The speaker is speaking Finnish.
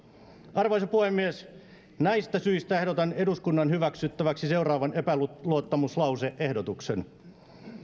arvoisa puhemies näistä syistä ehdotan eduskunnan hyväksyttäväksi seuraavan epäluottamuslause ehdotuksen